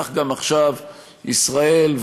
כך גם עכשיו: ישראל,